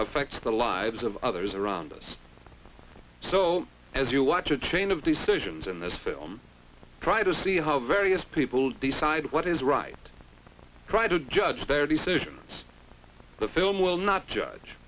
affects the lives of others around us so as you watch a chain of decisions in this film try to see how various people decide what is right try to judge their decision see the film will not judge